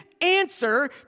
answer